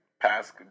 past